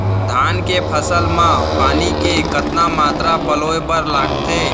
धान के फसल म पानी के कतना मात्रा पलोय बर लागथे?